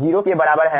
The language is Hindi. जीरो के बराबर है